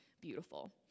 beautiful